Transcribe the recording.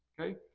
okay